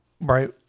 right